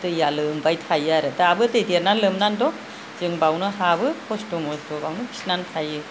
दैया लोमबाय थायो आरो दाबो दै देरनानै लोमनानै दं जों बावनो हाबो खस्थ' मस्थ' बेयावनो खिनानै थायो